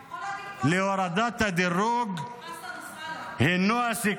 -- אתה יכול להגיד --- חסן נסראללה.